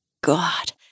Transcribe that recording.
God